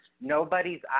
Nobody's